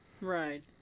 Right